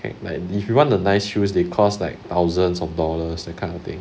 and like if you want a nice shoes they cost like thousands of dollars that kind of thing